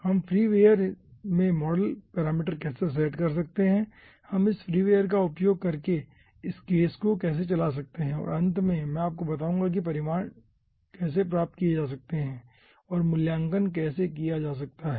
हम फ्रीवेयर में model parameter कैसे सेट कर सकते हैं हम इस फ्रीवेयर का उपयोग करके एक केस कैसे चला सकते हैं और अंत में मैं आपको दिखाऊंगा कि परिणाम कैसे प्राप्त किए जा सकते हैं और मूल्यांकन कैसे किया जा सकता है